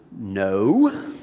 no